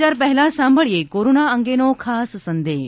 સમાચાર પહેલાં સાંભળીએ કોરોના અંગેનો ખાસ સંદેશ